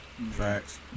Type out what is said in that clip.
facts